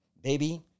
Baby